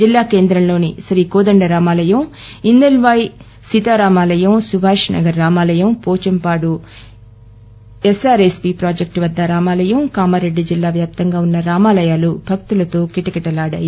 జిల్లా కేంద్రంలోని శ్రీ కోదండ రామాయం ఇందల్ వాయి సీతారామాయం సుభాష్నగర్ రామాయం పోచంపాడు ఎస్ఎస్పీ ప్రాజెక్టు వద్ద రామాయం కామారెడ్డి జిల్లా వ్యాప్తంగా ఉన్న రామాయాు భక్తుతో కిటకిటలాడాయి